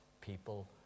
people